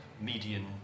median